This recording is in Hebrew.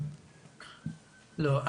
כבוד חבר הכנסת,